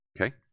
Okay